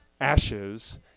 Ashes